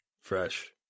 fresh